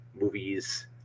movies